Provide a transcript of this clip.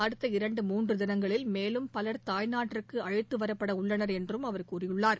அடுத்த இரண்டு மூன்று தினங்களில் மேலும் பலர் தாய் நாட்டிற்கு அழழத்துவரப்படவுள்ளனர் என்றும் அவர் கூறினார்